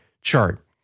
chart